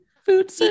Food